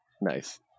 nice